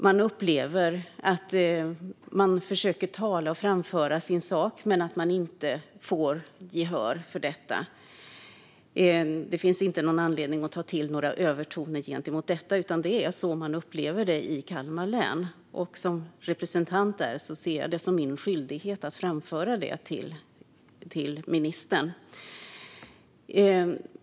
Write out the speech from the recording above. Man upplever att man försöker tala och framföra sin sak men att man inte får gehör för detta. Det finns inte någon anledning att ta till några övertoner när det gäller detta, utan det är så man upplever det i Kalmar län. Och som representant där ser jag det som min skyldighet att framföra det till ministern.